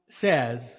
says